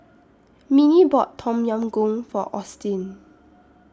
Minnie bought Tom Yam Goong For Austin